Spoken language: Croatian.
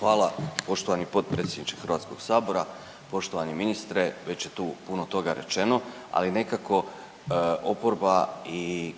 Hvala. Poštovani potpredsjedniče HS-a, poštovani ministre. Već je tu puno toga rečeno, ali nekako oporba